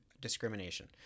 discrimination